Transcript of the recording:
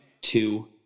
two